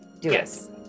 Yes